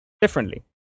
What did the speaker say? differently